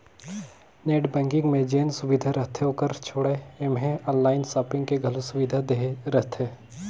net banking मे जेन सुबिधा रहथे ओकर छोयड़ ऐम्हें आनलाइन सापिंग के घलो सुविधा देहे रहथें